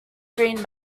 green